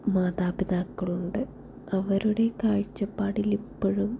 മാതാപിതാക്കളുണ്ട് അവരുടെ കാഴ്ചപ്പാടിൽ ഇപ്പോഴും